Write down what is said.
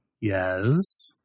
yes